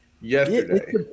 Yesterday